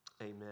Amen